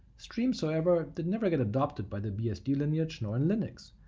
streams, however, did never get adopted by the bsd lineage nor in linux,